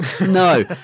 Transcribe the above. No